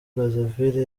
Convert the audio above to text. brazzaville